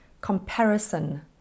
comparison